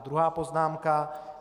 Druhá poznámka.